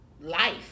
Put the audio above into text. life